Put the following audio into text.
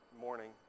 morning